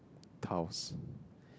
tiles